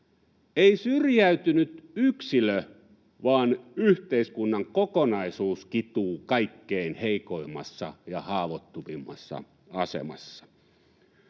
Ei syrjäytynyt yksilö vaan yhteiskunnan kokonaisuus kituu kaikkein heikoimmassa ja haavoittuvimmassa asemassa.